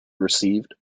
received